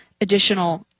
additional